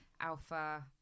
Alpha